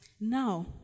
Now